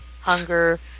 hunger